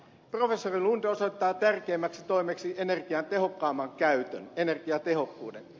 professori lund osoittaa tärkeimmäksi toimeksi energian tehokkaamman käytön energiatehokkuuden